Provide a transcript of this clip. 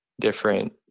different